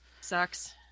Sucks